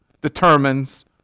determines